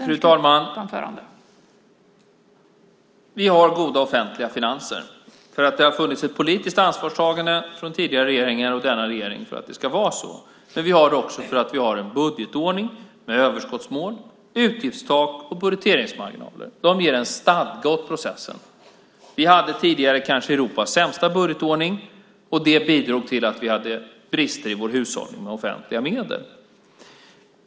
Fru talman! Vi har goda offentliga finanser för att det har funnits ett politiskt ansvarstagande från tidigare regeringar och denna regering och för att vi har en budgetordning med överskottsmål, utgiftstak och budgeteringsmarginaler. De ger en stadga åt processen. Vi hade tidigare kanske Europas sämsta budgetordning, och det bidrog till brister i vår hushållning med offentliga medel.